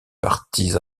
parties